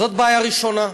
זאת בעיה ראשונה.